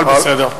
אבל בסדר.